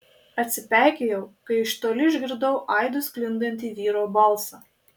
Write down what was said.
atsipeikėjau kai iš toli išgirdau aidu sklindantį vyro balsą